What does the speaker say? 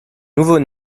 nouveau